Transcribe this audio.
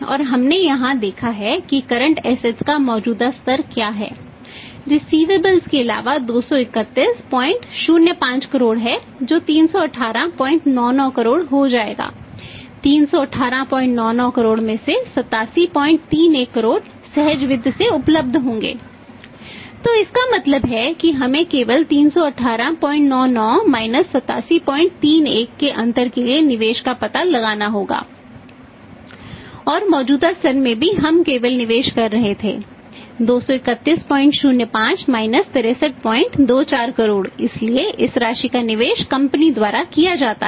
तो current assets द्वारा किया जाता है